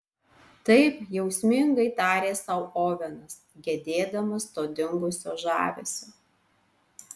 taip jausmingai tarė sau ovenas gedėdamas to dingusio žavesio